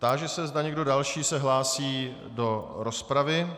Táži se, zda někdo další se hlásí do rozpravy.